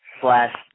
slash